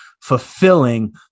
fulfilling